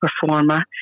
performer